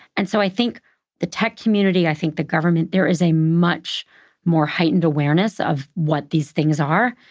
and so i think the tech community, i think the government, there is a much more heightened awareness of what these things are,